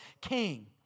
king